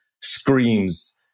screams